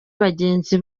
bagenzi